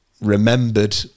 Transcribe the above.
remembered